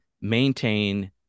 maintain